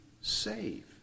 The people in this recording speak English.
save